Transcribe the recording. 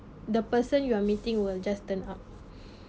the person you are meeting will just turn up